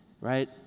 right